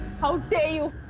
how dare you?